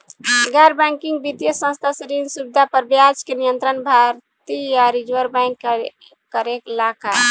गैर बैंकिंग वित्तीय संस्था से ऋण सुविधा पर ब्याज के नियंत्रण भारती य रिजर्व बैंक करे ला का?